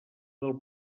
del